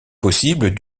possible